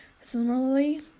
Similarly